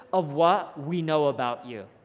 of what we know about you,